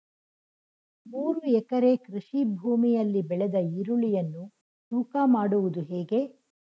ಮೂರು ಎಕರೆ ಕೃಷಿ ಭೂಮಿಯಲ್ಲಿ ಬೆಳೆದ ಈರುಳ್ಳಿಯನ್ನು ತೂಕ ಮಾಡುವುದು ಹೇಗೆ?